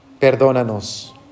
Perdónanos